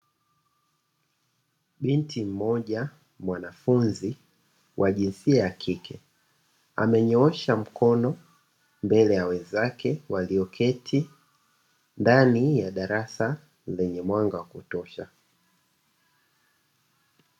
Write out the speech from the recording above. Binti mmoja mwanafunzi wa jinsia ya kike amenyoosha mkono mbele ya wenzake walioketi ndani ya darasa lenye mwanga wa kutosha.